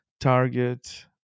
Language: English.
target